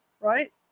right